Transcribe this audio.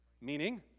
Meaning